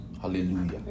hallelujah